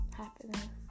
happiness